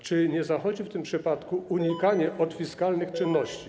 Czy nie zachodzi w tym przypadku unikanie fiskalnych czynności?